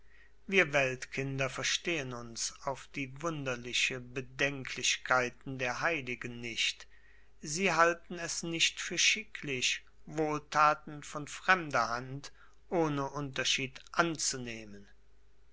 wir weltkinder verstehen uns auf die wunderliche bedenklichkeiten der heiligen nicht sie halten es nicht für schicklich wohltaten von fremder hand ohne unterschied anzunehmen